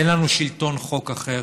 אין לנו שלטון חוק אחר,